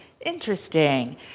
interesting